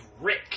Rick